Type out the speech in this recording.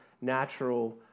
natural